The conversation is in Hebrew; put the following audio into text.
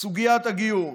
סוגיית הגיור.